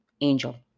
Angel